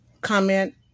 comment